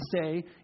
say